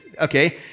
okay